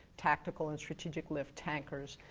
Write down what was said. tactical and strategic lift tankers,